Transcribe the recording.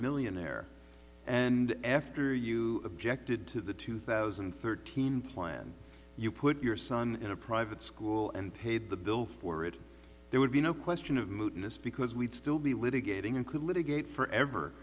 millionaire and after you objected to the two thousand and thirteen plan you put your son in a private school and paid the bill for it there would be no question of mootness because we'd still be litigating and could litigate forever